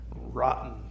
rotten